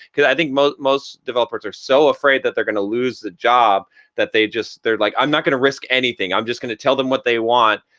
cause i think most most developers are so afraid that they're gonna lose the job that they just, they're like, i'm not gonna risk anything. i'm just gonna tell them what they want.